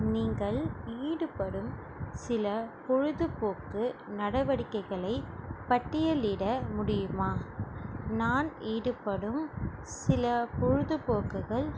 நீங்கள் ஈடுபடும் சில பொழுதுப்போக்கு நடவடிக்கைகளை பட்டியலிட முடியுமா நான் ஈடுபடும் சில பொழுதுப்போக்குகள்